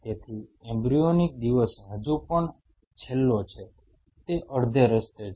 તેથી એમ્બ્રીયોનિક દિવસ હજુ પણ છેલ્લો છે તે અડધે રસ્તે છે